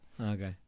okay